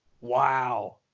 wow